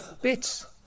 Bits